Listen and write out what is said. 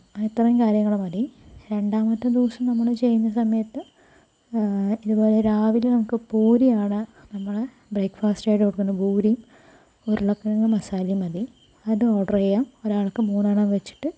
അത്രയും കാര്യങ്ങള് മതി രണ്ടാമത്തെ ദിവസം നമ്മൾ ചെയ്യുന്ന സമയത്ത് ഇതുപോലെ രാവിലെ നമുക്ക് പൂരിയാണ് നമ്മൾ ബ്രേക്ക്ഫാസ്റ്റായിട്ട് കൊടുക്കേണ്ടത് പൂരിയും ഉരുളക്കിഴങ്ങ് മസാലയും മതി അത് ഓഡർ ചെയ്യാം ഒരാൾക്ക് മൂന്നെണ്ണം വെച്ചിട്ട്